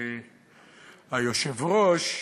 אדוני היושב-ראש,